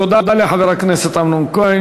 תודה לחבר הכנסת אמנון כהן.